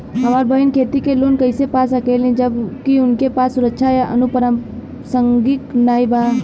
हमार बहिन खेती के लोन कईसे पा सकेली जबकि उनके पास सुरक्षा या अनुपरसांगिक नाई बा?